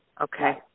Okay